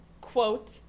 quote